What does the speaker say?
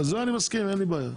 לזה אני מסכים ואין לי בעיה.